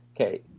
Okay